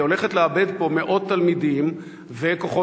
והיא הולכת לאבד פה מאות תלמידים וכוחות